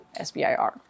SBIR